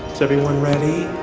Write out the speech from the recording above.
is everyone ready?